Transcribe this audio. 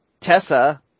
tessa